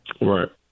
Right